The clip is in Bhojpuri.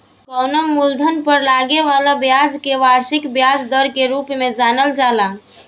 कवनो मूलधन पर लागे वाला ब्याज के वार्षिक ब्याज दर के रूप में जानल जाला